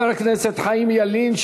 חבר הכנסת חיים ילין,